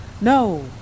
No